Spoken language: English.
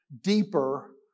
deeper